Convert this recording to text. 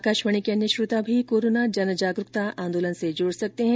आकाशवाणी के अन्य श्रोता भी कोरोना जनजागरुकता आंदोलन से जुड सकते हैं